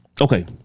Okay